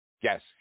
Yes